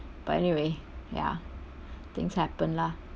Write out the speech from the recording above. but anyway ya things happen lah